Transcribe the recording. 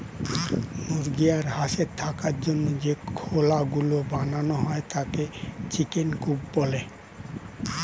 মুরগি আর হাঁসের থাকার জন্য যে খোলা গুলো বানানো হয় তাকে চিকেন কূপ বলে